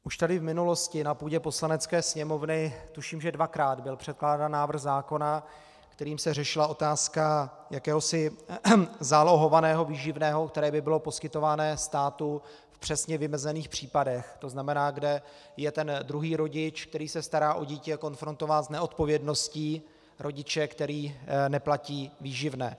Už tady v minulosti na půdě Poslanecké sněmovny, tuším že dvakrát, byl předkládán návrh zákona, kterým se řešila otázka jakéhosi zálohovaného výživného, které by bylo poskytované státem v přesně vymezených případech, to znamená, kde je druhý rodič, který se stará o dítě, konfrontován s neodpovědností rodiče, který neplatí výživné.